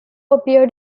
appeared